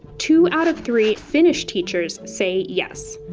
two out of three finnish teachers say yes.